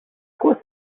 quoi